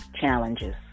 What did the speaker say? Challenges